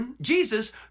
Jesus